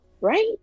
right